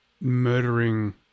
murdering